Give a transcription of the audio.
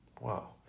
wow